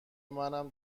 منم